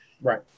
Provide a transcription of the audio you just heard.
Right